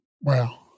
Wow